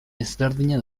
ezberdina